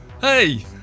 Hey